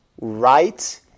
right